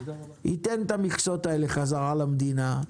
ייתן את המכסות האלה חזרה למדינה,